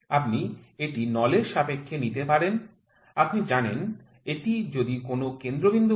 আপনি এটি নলের সাপেক্ষে নিতে পারেন আপনি জানেন এটি যদি কোনও কেন্দ্র বিন্দু হয়